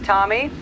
Tommy